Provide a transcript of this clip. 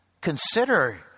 consider